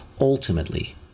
ultimately